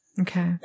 Okay